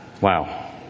Wow